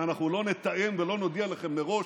ואנחנו לא נתאם ולא נודיע לכם מראש,